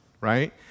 right